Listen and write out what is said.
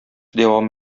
дәвам